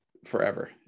forever